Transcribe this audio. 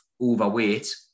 overweight